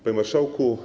Panie Marszałku!